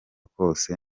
kose